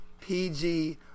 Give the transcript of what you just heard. PG